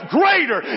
greater